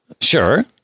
Sure